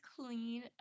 clean